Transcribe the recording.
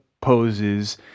poses